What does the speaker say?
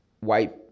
white